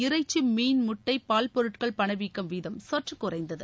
இறைச்சி மீன் முட்டை பால்பொருட்கள் பணவீக்க வீதம் சற்று குறைந்தது